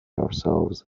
ourselves